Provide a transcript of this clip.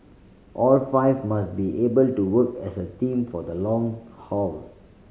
all five must be able to work as a team for the long haul